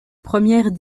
première